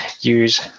use